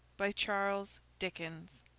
by charles dickens,